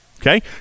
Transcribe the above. Okay